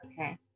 Okay